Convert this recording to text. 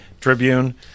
Tribune